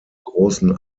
großen